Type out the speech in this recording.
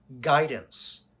guidance